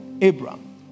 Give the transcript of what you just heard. Abraham